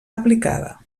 aplicada